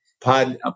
pod